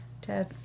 Ted